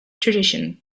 tradition